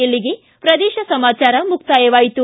ಇಲ್ಲಿಗೆ ಪ್ರದೇಶ ಸಮಾಚಾರ ಮುಕ್ತಾಯವಾಯಿತು